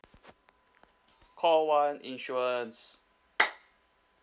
call one insurance